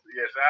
yes